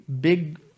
big